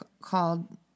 called